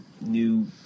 new